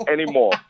anymore